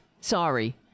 Sorry